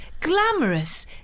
glamorous